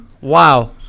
Wow